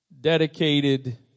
dedicated